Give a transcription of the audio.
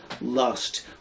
lust